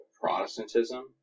Protestantism